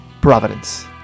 Providence